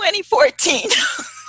2014